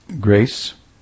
Grace